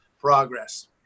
progress